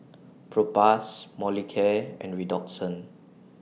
Propass Molicare and Redoxon